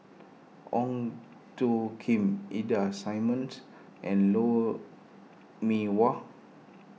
Ong Tjoe Kim Ida Simmons and Lou Mee Wah